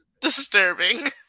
disturbing